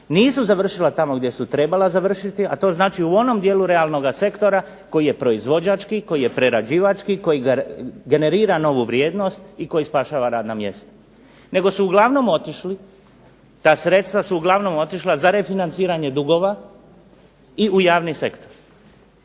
nisu završila tamo gdje su trebala završiti, a to znači u onom dijelu realnoga sektora koji je proizvođački, koji je prerađivački, koji generira novu vrijednost i koji spašava radna mjesta. Nego su uglavnom otišli, ta sredstva su uglavnom otišla za refinanciranje dugova i u javni sektor.